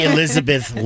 Elizabeth